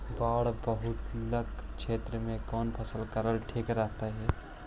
बाढ़ बहुल क्षेत्र में कौन फसल करल ठीक रहतइ?